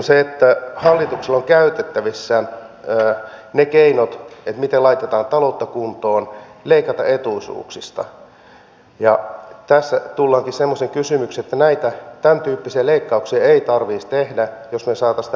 kun hallituksella on käytettävissään ne keinot miten laitetaan taloutta kuntoon leikataan etuisuuksista niin tässä tullaankin semmoiseen kysymykseen että näitä tämäntyyppisiä leikkauksia ei tarvitsisi tehdä jos me saisimme tähän maahan yhteiskuntasopimuksen